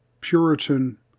Puritan